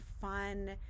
fun